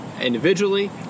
individually